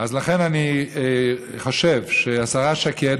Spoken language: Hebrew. לכן אני חושב שהשרה שקד,